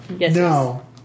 No